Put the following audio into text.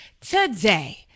Today